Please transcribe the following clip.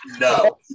No